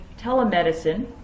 telemedicine